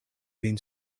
vin